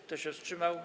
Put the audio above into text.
Kto się wstrzymał?